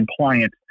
compliant